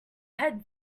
had